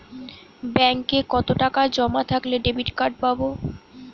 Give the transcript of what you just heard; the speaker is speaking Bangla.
ব্যাঙ্কে কতটাকা জমা থাকলে ডেবিটকার্ড পাব?